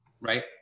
right